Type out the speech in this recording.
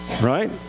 Right